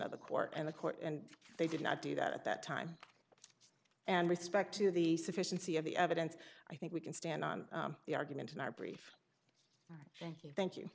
of the court and the court and they did not do that at that time and respect to the sufficiency of the evidence i think we can stand on the argument in our brief thank you thank you